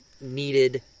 needed